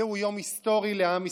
זהו יום היסטורי לעם ישראל,